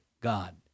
God